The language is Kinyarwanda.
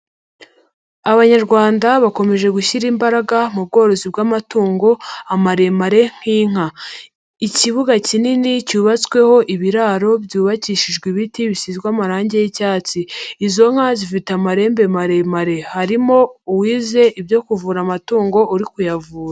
Abanyarwanda bakomeje gushyira imbaraga mu bworozi bw'amatungo amaremare nk'inka, ikibuga kinini cyubatsweho ibiraro byubakishijwe ibiti bisizwe amarangi y'icyatsi, izo nka zifite amarembe maremare, harimo uwize ibyo kuvura amatungo uri kuyavura.